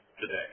today